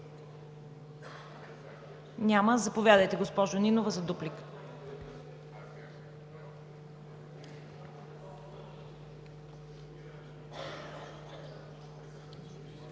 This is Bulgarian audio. Няма. Заповядайте, госпожо Нинова, за дуплика.